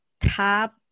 top